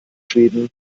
schweden